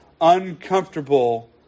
uncomfortable